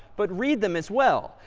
but read them as well.